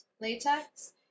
latex